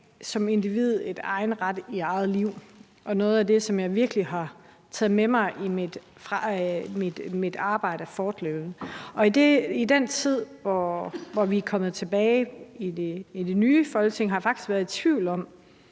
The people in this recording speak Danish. som individ – en egen ret i eget liv. Det er noget af det, som jeg fortløbende virkelig har taget med mig fra mit arbejde. Men efter at vi er kommet tilbage i det nye Folketing, har jeg faktisk været tvivl om,